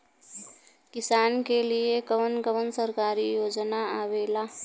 किसान के लिए कवन कवन सरकारी योजना आवेला?